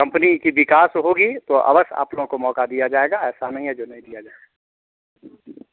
company का विकास होगा तो अवश्य आप लोगों को मौका दिया जाएगा ऐसा नहीं है जो नहीं दिया जाएगा